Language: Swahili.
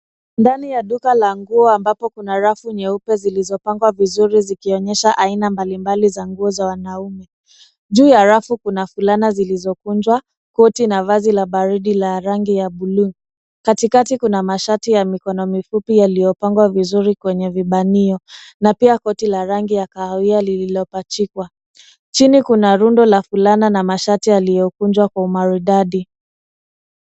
Ndani ya duka la nguo ambapo kuna rafu nyeupe zilizopangwa vizuri zikionyesha aina mbalimbali za nguo za wanaume. Juu ya rafu kuna fulana zilizokunjwa koti na vazi la baridi la rangi ya buluu. Katikati kuna mashati ya mikono mifupi yaliyopangwa vizuri kwenye vibanio na pia koti la kahawia liliopachikwa. Chini kuna rundo la fulana na mashati yaliyokunjwa kwa umaridadi.